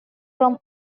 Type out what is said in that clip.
from